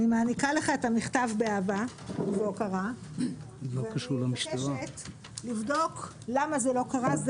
אני מעניקה לך את המכתב באהבה והוקרה ואני מבקשת לבדוק למה זה לא קרה.